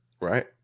Right